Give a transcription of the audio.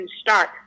start